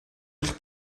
eich